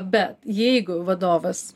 bet jeigu vadovas